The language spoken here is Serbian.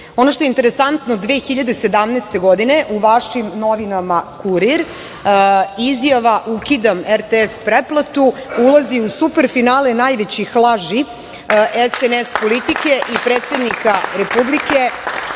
što je interesantno, 2017. godine u vašim novinama "Kurir" izjava - ukidam RTS pretplatu, ulazi u superfinale najvećih laži SNS politike i predsednika Republike,